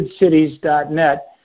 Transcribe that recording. goodcities.net